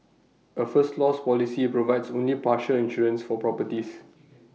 A first loss policy provides only partial insurance for properties